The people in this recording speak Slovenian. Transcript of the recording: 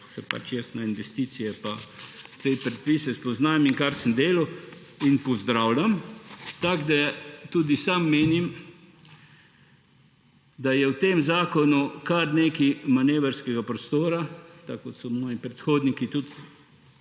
se pač jaz na investicije pa te predpise spoznam in kar sem delal, in pozdravljam. Tudi sam menim, da je v tem zakonu kar nekaj manevrskega prostora, tako kot so moji predhodniki tudi